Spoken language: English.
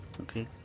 Okay